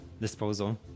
disposal